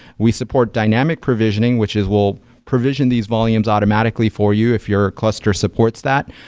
we support dynamic provisioning, which is we'll provision these volumes automatically for you if your cluster supports that,